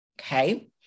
okay